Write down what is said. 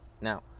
Now